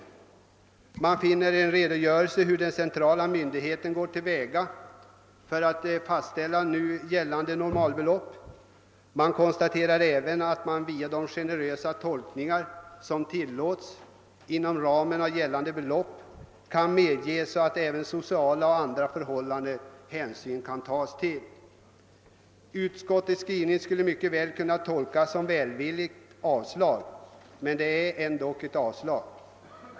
Bl.a. finns där en redogörelse för hur den centrala folkbokföringsoch uppbördsnämnden går till väga för att fastställa gällande normalbelopp. Utskottet framhåller också att via de generösa tolkningar som är möjliga inom ramen för gällande belopp kan hänsyn även tagas till sociala och andra förhållanden. Utskottets skrivning kan visserligen tolkas som ett välvilligt avstyrkande men innebär ändock ett avstyrkande.